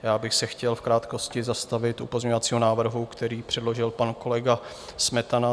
Já bych se chtěl v krátkosti zastavit u pozměňovacího návrhu, který předložil pan kolega Smetana.